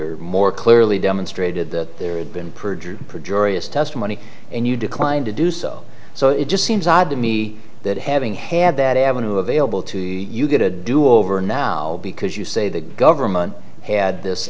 or more clearly demonstrated that there had been perjured testimony and you declined to do so so it just seems odd to me that having had that avenue available to you get a do over now because you say the government had this